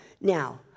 Now